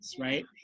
right